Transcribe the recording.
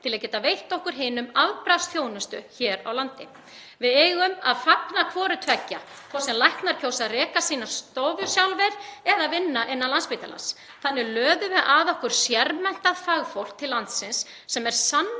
til að geta veitt okkur hinum afbragðsþjónustu hér á landi. Við eigum að fagna hvoru tveggja, hvort sem læknar kjósa að reka sínar stofur sjálfir eða vinna innan Landspítalans. Þannig löðum við að okkur sérmenntað fagfólk til landsins sem